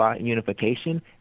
unification